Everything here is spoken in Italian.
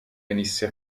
venisse